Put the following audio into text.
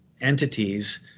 entities